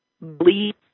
bleed